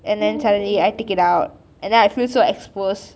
and then suddenly I take it out and then I feel so exposed